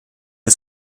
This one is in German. des